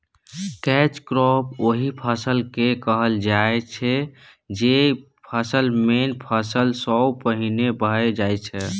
catch crop ओहि फसल केँ कहल जाइ छै जे फसल मेन फसल सँ पहिने भए जाइ छै